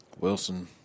Wilson